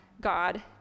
God